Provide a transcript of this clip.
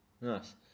nice